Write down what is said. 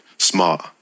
Smart